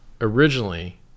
originally